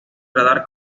radar